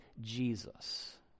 Jesus